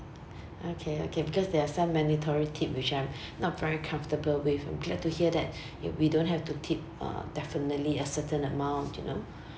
okay okay because there are some mandatory tip which I'm not very comfortable with I'm glad to hear that if we don't have to tip uh definitely a certain amount you know